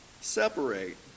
separate